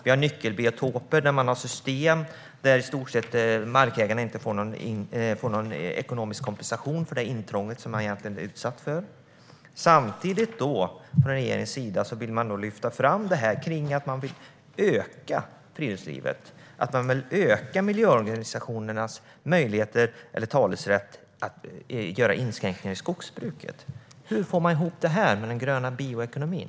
Vi har nyckelbiotoper där man har system där markägarna i stort sett inte får ekonomisk kompensation för det intrång som de egentligen är utsatta för. Samtidigt vill man från regeringens sida lyfta fram att man vill öka friluftslivet. Man vill öka miljöorganisationernas talerätt och möjlighet att göra inskränkningar i skogsbruket. Hur får man ihop det med den gröna bioekonomin?